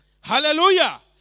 Hallelujah